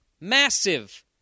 massive